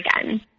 again